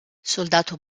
soldato